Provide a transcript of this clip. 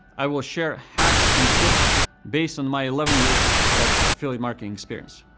i will share hacks and tips based on my eleven years of affiliate marketing experience.